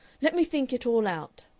let me think it all out!